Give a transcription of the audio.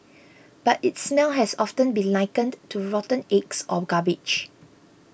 but its smell has often been likened to rotten eggs or garbage